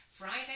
Friday